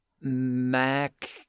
Mac